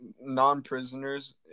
non-prisoners